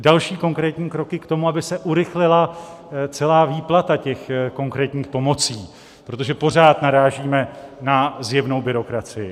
Další konkrétní kroky k tomu, aby se urychlila celá výplata těch konkrétních pomocí, protože pořád narážíme na zjevnou byrokracii.